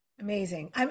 Amazing